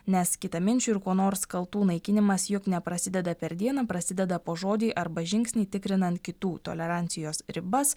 nes kitaminčių ir kuo nors kaltų naikinimas juk neprasideda per dieną prasideda po žodį arba žingsnį tikrinant kitų tolerancijos ribas